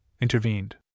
intervened